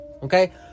Okay